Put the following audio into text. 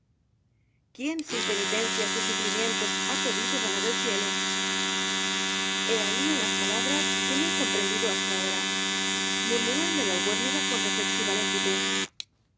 quién sin penitencias y sufrimientos ha podido ganar el cielo he ahí unas palabras que no he comprendido hasta ahora murmuró el de la albuérniga con reflexiva lentitud